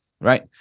right